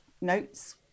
notes